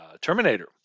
Terminator